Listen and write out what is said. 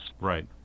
Right